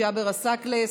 ג'אבר עסאקלה,